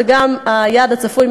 וגם היעד הצפוי,